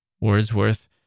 Wordsworth